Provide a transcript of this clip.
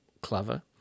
clever